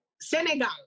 Senegal